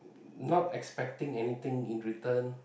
not expecting anything in return